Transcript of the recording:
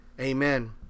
Amen